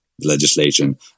legislation